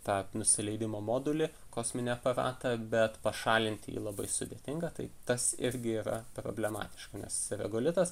tą nusileidimo modulį kosminį aparatą bet pašalinti jį labai sudėtinga tai tas irgi yra problematiška nes regolitas